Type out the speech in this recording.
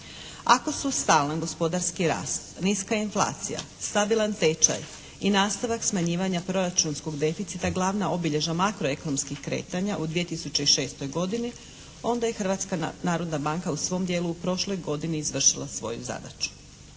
Ako su stalan gospodarski rast, niska inflacija, stabilan tečaj i nastavak smanjivanja proračunskog deficita glavna obilježja makroekonomskih kretanja u 2006. godini onda je Hrvatska narodna banka u svom dijelu u prošloj godini izvršila svoju zadaću.